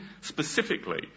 specifically